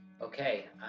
okay